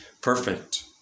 perfect